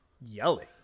Yelling